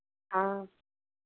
हाँ